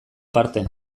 parte